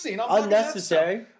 Unnecessary